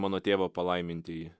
mano tėvo palaimintieji